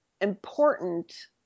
important